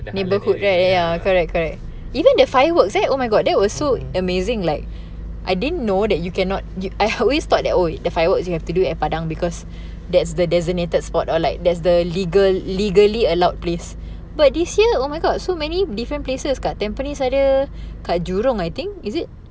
mmhmm